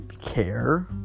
care